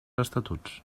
estatuts